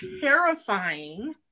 terrifying